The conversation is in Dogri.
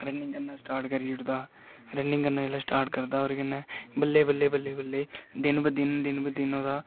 रनिंग करना स्टार्ट करी ओड़दा रनिंग करना जेल्लै स्टार्ट करदा ओह्दे कन्नै बल्लें बल्लें बल्लें दिन व दिन दिन व दिन ओह्दा